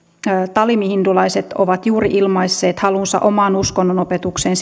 tamili hindulaiset ovat juuri ilmaisseet halunsa omaan uskonnonopetukseen